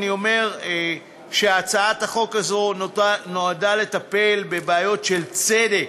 אני אומר שהצעת החוק הזאת נועדה לטפל בבעיות של צדק,